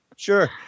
Sure